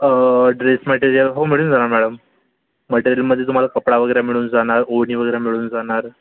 अं dress material हो मिळून जाणार मॅडम मटेरियलमध्ये तुम्हाला कपडा वगैरे मिळून जाणार ओढणी वगैरे मिळून जाणार